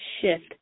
shift